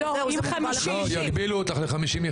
לא, יגבילו אותך ל-50 יחידות.